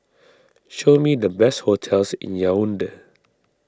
show me the best hotels in Yaounde